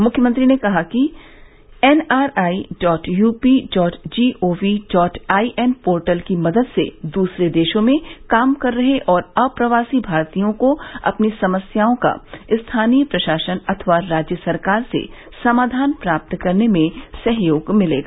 मुख्यमंत्री ने कहा कि N R I dot U P dot G O V dot I N portal की मदद से दूसरे देशों में काम कर रहे और अप्रवासी भारतीयों को अपनी समस्याओं का स्थानीय प्रशासन अथवा राज्य सरकार से समाधान प्राप्त करने में सहयोग मिलेगा